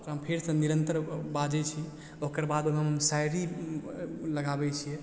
आ ओकरा हम फेरसँ निरन्तर बाजै छी ओकर बाद ओहिमे हम शायरी लगाबै छियै